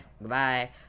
goodbye